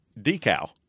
decal